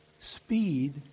speed